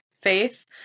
faith